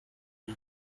bee